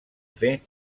fer